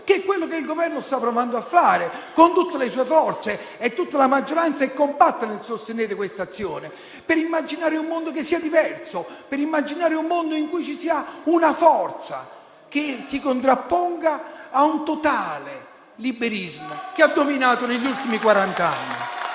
che è quello che il Governo sta cercando di realizzare con tutte le sue forze e l'intera maggioranza è compatta nel sostenere questa azione, per immaginare un mondo che sia diverso, in cui ci sia una forza che si contrapponga al totale liberismo, che ha dominato negli ultimi quaranta